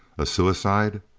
a suicide?